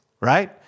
right